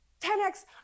10x